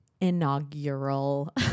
Inaugural